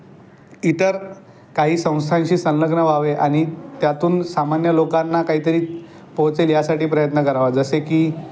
इतर काही संस्थांशी संलग्न व्हावे आणि त्यातून सामान्य लोकांना काही तरी पोचेल यासाठी प्रयत्न करावा जसे की